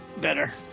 Better